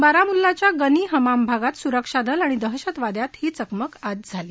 बारामुल्लाच्या गनी हमाम भागात सुरक्षा दल आणि दहशतवाद्यात ही चकमक आज झाली